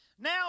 Now